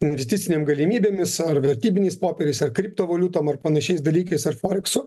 investicinėm galimybėmis ar vertybiniais popieriais ar kriptovaliutom ar panašiais dalykais ar folksu